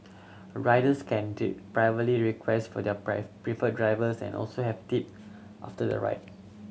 riders can do privately request for their preferred drivers and also have tip after the ride